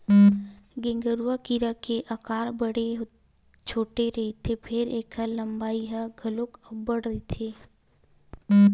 गेंगरूआ कीरा के अकार बड़े छोटे रहिथे फेर ऐखर लंबाई ह घलोक अब्बड़ रहिथे